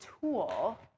tool